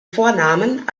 vornamen